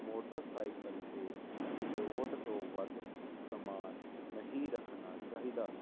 motorcycle ਤੇ load ਤੋਂ ਵੱਧ ਸਮਾਨ ਨਹੀਂ ਰੱਖਣਾ ਚਾਹੀਦਾ